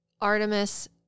Artemis